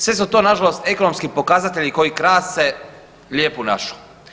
Svi su to nažalost ekonomski pokazatelji koji krase lijepu našu.